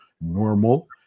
normal